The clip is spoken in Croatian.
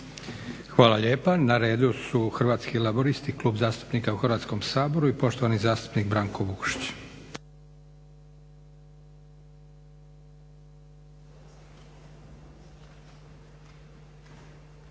Hvala lijepa. Na redu su Hrvatski laburisti, Klub zastupnika u Hrvatskom saboru i poštovani zastupnik Branko Vukšić.